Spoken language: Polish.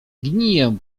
gniję